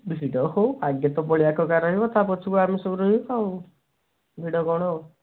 ଭିଡ଼ ହଉ ଆଗେ ତ ବଳିଆ କକା ରହିବ ତା ପଛକୁ ଆମେ ସବୁ ରହିବା ଆଉ ଭିଡ଼ କ'ଣ ହେବ